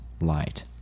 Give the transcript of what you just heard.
light